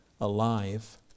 alive